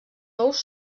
ous